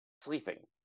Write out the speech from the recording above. sleeping